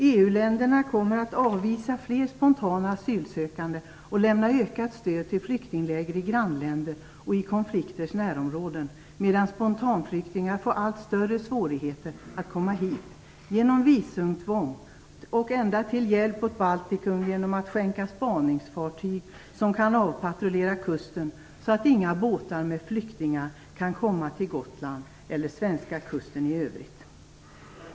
EU-länderna kommer att avvisa flera spontana asylsökande och lämna ökat stöd till flyktingläger i grannländer och i konflikters närområden, medan spontanflyktingar får allt större svårigheter att komma hit - genom allt ifrån visumtvång till hjälp åt Baltikum i form av skänkta spaningsfartyg som kan avpatrullera kusten så att inga båtar med flyktingar kan komma till Gotland eller svenska kusten i övrigt.